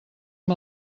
amb